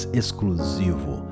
exclusivo